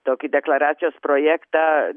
tokį deklaracijos projektą